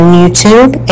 YouTube